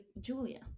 julia